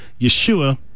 Yeshua